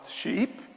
sheep